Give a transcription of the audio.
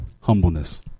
humbleness